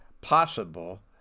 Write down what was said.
possible